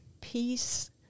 peace